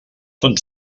són